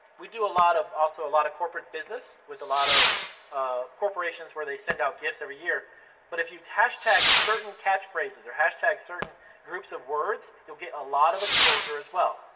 we do a lot of, also a lot of corporate business with a lot of corporations where they send out gifts every year but if you hashtag certain catchphrases or hashtag certain groups of words you'll get a lot of exposure as well.